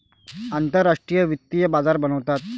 आंतरराष्ट्रीय वित्तीय बाजार बनवतात